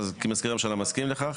מזכיר הממשלה מסכים לכך.